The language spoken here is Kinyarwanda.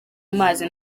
amazi